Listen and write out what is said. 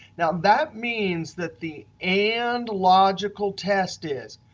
now, that means that the and logical test is,